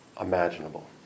imaginable